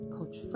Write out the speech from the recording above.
Coach